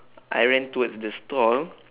I ran towards the stall